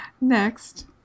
Next